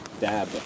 Dab